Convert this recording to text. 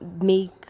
make